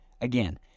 Again